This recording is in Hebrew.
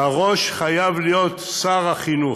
והראש חייב להיות שר החינוך.